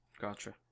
Gotcha